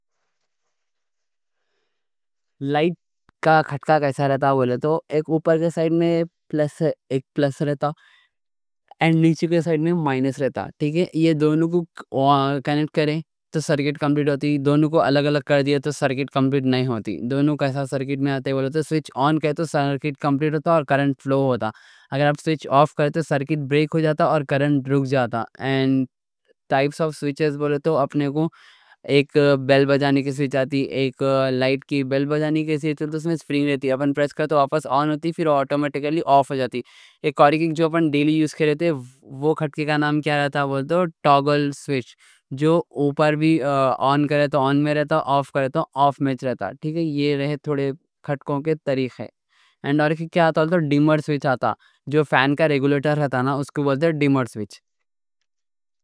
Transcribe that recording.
لائٹ کا کھٹکا کیسا رہتا، بولے تو اوپر کے سائیڈ میں پلس رہتا اور نیچے کے سائیڈ میں مائنس رہتا، ٹھیک ہے دونوں کو کنیکٹ کریں تو سرکٹ کمپلیٹ ہوتی، دونوں کو الگ الگ کر دو تو سرکٹ کمپلیٹ نہیں ہوتی دونوں ایک سرکٹ میں ہوتے، بولے تو سوئچ آن کریں تو سرکٹ کمپلیٹ ہوتا اور کرنٹ فلو ہوتا اگر آپ سوئچ آف کریں تو سرکٹ بریک ہو جاتا اور کرنٹ رک جاتا یہ رہے تھوڑے کھٹکوں کے طریقے ایک جو ہم ڈیلی یوز میں رکھتے، اُس کھٹکے کا نام کیا رہتا؟ ٹوگل سوئچ اوپر سے آن کرو تو آن میں رہتا، آف کرو تو آف میں رہتا اور ایک ڈِمر سوئچ آتا، جو فین کا ریگولیٹر رہتا، اس کو بولتے ڈِمر سوئچ